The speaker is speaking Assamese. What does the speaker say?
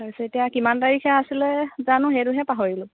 তাৰপিছত এতিয়া কিমান তাৰিখে আছিলে জানো সেইটোহে পাহৰিলোঁ